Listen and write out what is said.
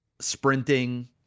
sprinting